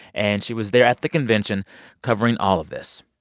and she was there at the convention covering all of this